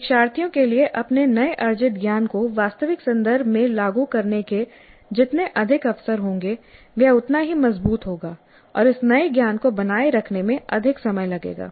शिक्षार्थियों के लिए अपने नए अर्जित ज्ञान को वास्तविक संदर्भ में लागू करने के जितने अधिक अवसर होंगे वह उतना ही मजबूत होगा और इस नए ज्ञान को बनाए रखने में अधिक समय लगेगा